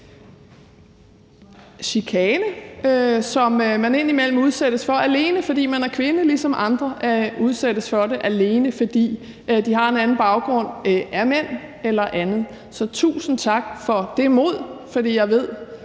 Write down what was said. chikane – som man indimellem udsættes for, alene fordi man er kvinde, ligesom andre udsættes for det, alene fordi de har en anden baggrund, er mænd eller andet. Så tusind tak for det mod, for jeg ved